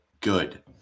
good